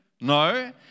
No